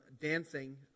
dancing